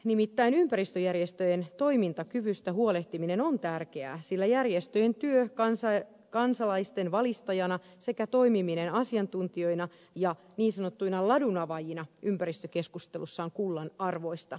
nimittäin ympäristöjärjestöjen toimintakyvystä huolehtiminen on tärkeää sillä järjestöjen työ kansalaisten valistajana sekä toimiminen asiantuntijoina ja niin sanottuina ladunavaajina ympäristökeskustelussa on kullanarvoista